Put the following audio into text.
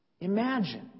Imagine